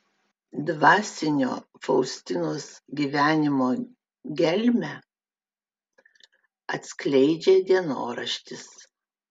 dvasinio faustinos gyvenimo gelmę atskleidžia dienoraštis